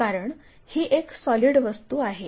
कारण ही एक सॉलिड वस्तू आहे